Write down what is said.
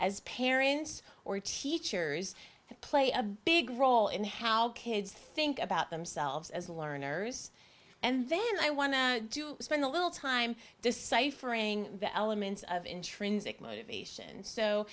as parents or teachers play a big role in how kids think about themselves as learners and then i want to spend a little time this ciphering elements of intrinsic motivation so